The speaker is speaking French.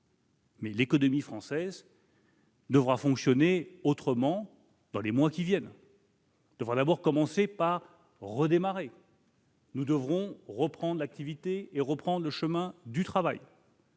Mais l'économie française devra fonctionner autrement dans les mois qui viennent. Il faudra commencer par redémarrer, par reprendre l'activité, reprendre le chemin du travail.